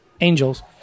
angels